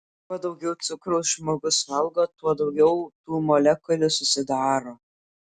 kuo daugiau cukraus žmogus valgo tuo daugiau tų molekulių susidaro